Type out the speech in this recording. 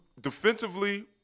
defensively